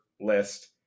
list